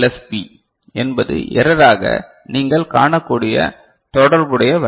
B என்பது எறராக நீங்கள் காணக்கூடிய தொடர்புடைய வேல்யு